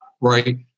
right